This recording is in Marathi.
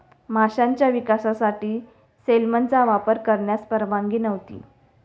माशांच्या विकासासाठी सेलमनचा वापर करण्यास परवानगी नव्हती